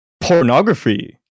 pornography